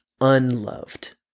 unloved